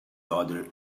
other